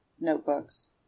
notebooks